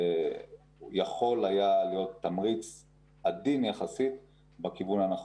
יכול היה להיות תמריץ עדין בכיוון הנכון.